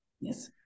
Yes